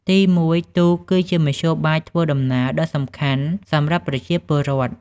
ទីមួយ ទូកគឺជា មធ្យោបាយធ្វើដំណើរ ដ៏សំខាន់សម្រាប់ប្រជាពលរដ្ឋ។